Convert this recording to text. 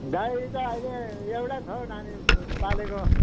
गाई त अहिले एउटा छ हौ नानी पालेको